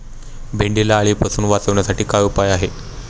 भेंडीला अळीपासून वाचवण्यासाठी काय उपाय आहे?